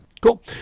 Cool